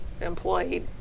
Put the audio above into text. Employee